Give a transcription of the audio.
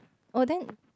oh then